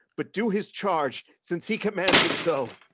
but do his charge since he commands it so.